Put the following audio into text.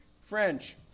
French